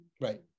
Right